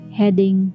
heading